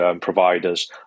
providers